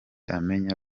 amenya